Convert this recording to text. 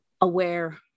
aware